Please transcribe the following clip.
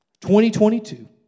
2022